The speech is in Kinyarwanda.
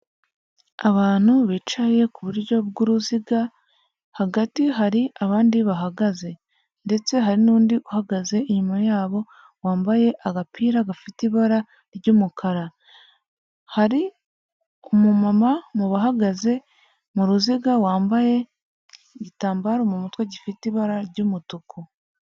Abantu bicaye kuburyo bw'uruziga hagati hari abandi bahagaze, ndetse hari n'undi uhagaze inyuma yabo wambaye agapira gafite ibara ry'umukara, hari umu mama mu bahagaze mu ruziga wambaye igitambaro mu mutwe gifite ibara ry'umutuku.